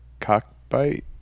Cockbite